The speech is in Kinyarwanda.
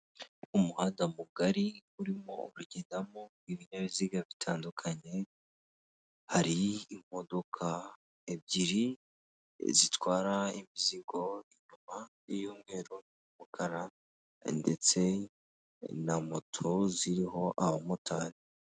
Umuhanda mugari urimo kugendamo ibinyabiziga bitandukanye, hari imodoka ebyiri zitwara imizigo. Inyuma iy'umweru, umukara ndetse na moto ziriho abamotari.